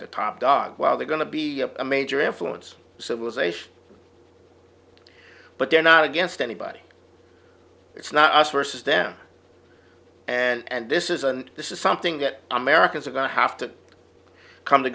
the top dog while they're going to be a major influence civilization but they're not against anybody it's not us versus them and this is and this is something that americans are going to have to come to